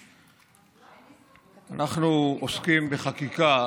אנחנו עוסקים בחקיקה